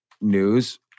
news